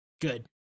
Good